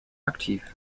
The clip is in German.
aktiv